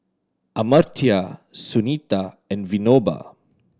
Amartya Sunita and Vinoba